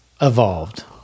evolved